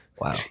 Wow